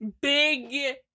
Big